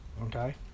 Okay